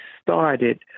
started